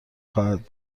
خواهد